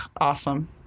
awesome